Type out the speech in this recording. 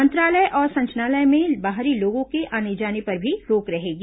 मंत्रालय और संचालनालय में बाहरी लोगों के आने जाने पर भी रोक रहेगी